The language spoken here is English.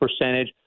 percentage